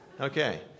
Okay